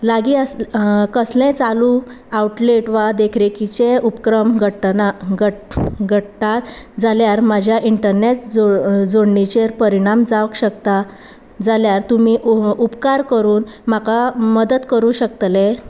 लागीं आस कसलेंय चालू आवटलेट वा देखरेखीचें उपक्रम घडटना घ घडटात जाल्यार म्हाज्या इंटरनेट जो जोडणीचेर परिणाम जावंक शकता जाल्यार तुमी उपकार करून म्हाका मदत करूं शकतले